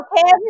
Okay